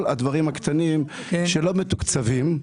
כל הדברים הקטנים שלא מתוקצבים.